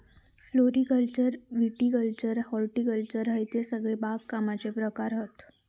floriculture viticulture horticulture हयते सगळे बागकामाचे प्रकार हत